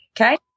Okay